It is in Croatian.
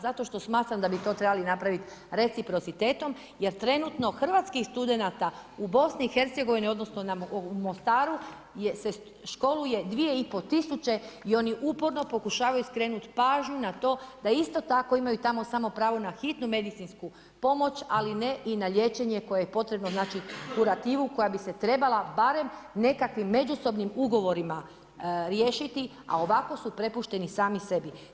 Zato smatram da bi to trebali napraviti reciprocitetom jer trenutno hrvatskih studenata u BiH-u odnosno u Mostaru se školuje 2500 i oni uporno pokušavaju skrenuti pažnju na to da isto tako imaju tamo samo pravo samo na hitnu medicinsku pomoć ali ne i na liječenje koje je potrebno, ... koja bi se trebala barem nekakvim međusobnim ugovorima riješiti a ovako su prepušteni sami sebi.